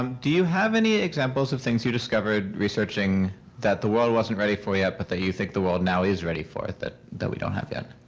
um do you have any examples of things you discovered researching that the world wasn't ready for yet but that you think the world now is ready for that that we don't have yet?